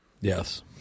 yes